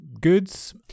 goods